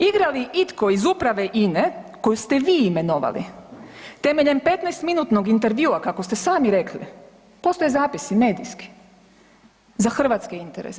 Igra li itko iz uprave INE koju ste vi imenovali temeljem 15-minutnog intervjua kako ste sami rekli, postoje zapisi medijski, za hrvatske interese.